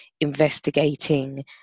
investigating